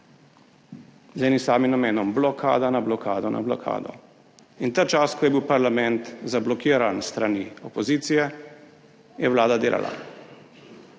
z enim samim namenom, blokada na blokado na blokado. In ta čas, ko je bil parlament zablokiran s strani opozicije, je vlada delala,